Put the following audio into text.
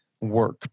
work